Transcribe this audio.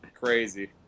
crazy